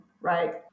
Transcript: Right